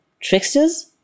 tricksters